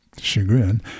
chagrin